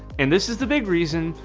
and this is the big reason,